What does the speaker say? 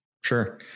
Sure